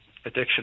addiction